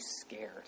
scared